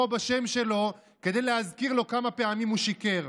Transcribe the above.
בשם שלו כדי להזכיר לו כמה פעמים הוא שיקר.